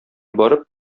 барып